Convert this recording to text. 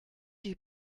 you